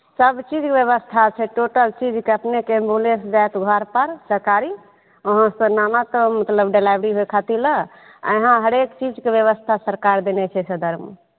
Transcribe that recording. सब चीजके व्यवस्था छै टोटल चीजके अपनेके एमबुलेस जायत घरपर सरकारी वहाॅं स लाबि लाबि कऽ मतलब डलैबरी होइ खातिर लए आ येहाॅं हरेक चीजके व्यवस्था सरकार देने छै सदरमे